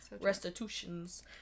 Restitutions